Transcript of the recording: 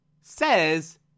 says